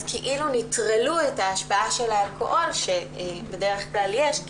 אז כאילו נטרלו את ההשפעה של האלכוהול שבדרך כלל יש,